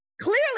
Clearly